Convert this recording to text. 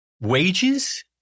wages